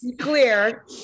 Clear